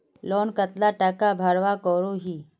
Loan कतला टाका भरवा करोही?